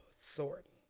Thornton